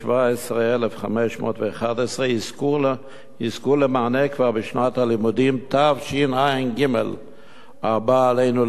317,511 יזכו למענה כבר בשנת הלימודים תשע"ג הבאה עלינו לטובה.